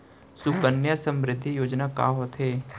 सुकन्या समृद्धि योजना का होथे